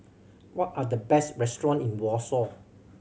what are the best restaurant in Warsaw